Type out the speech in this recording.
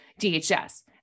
DHS